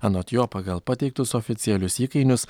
anot jo pagal pateiktus oficialius įkainius